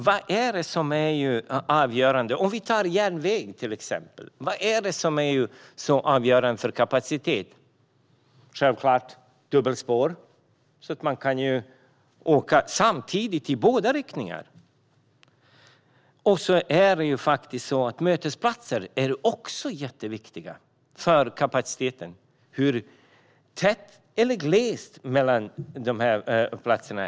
Vad är avgörande för kapaciteten på järnvägen? Självklart handlar det om dubbelspår så att det går att åka samtidigt i båda riktningar. Mötesplatser är också viktiga för kapaciteten, hur tätt eller glest det är mellan mötesplatserna.